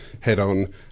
head-on